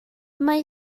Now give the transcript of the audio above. mae